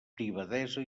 privadesa